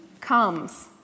comes